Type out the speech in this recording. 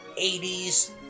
80s